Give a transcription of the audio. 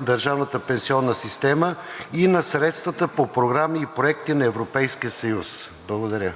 държавната пенсионна система и на средствата по програми и проекти на Европейския съюз.“ Благодаря.